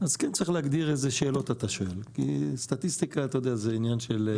אז צריך להגדיר איזה שאלות אתה שואל כי סטטיסטיקה זה עניין של...